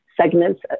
segments